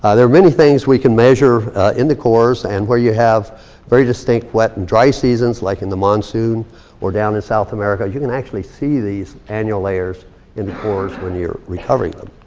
ah there are many things we can measure in the cores. and where you have very distinct wet and dry seasons, like in the monsoon or down in south america. you can actually see these annual layers in the cores when you're recovering them.